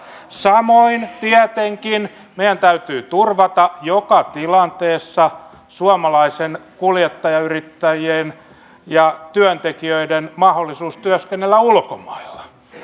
samoin tietenkin meidän täytyy turvata joka tilanteessa suomalaisten kuljettajayrittäjien ja työntekijöiden mahdollisuus työskennellä ulkomailla